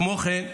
כמו כן,